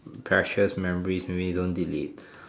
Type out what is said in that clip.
precious memories maybe don't delete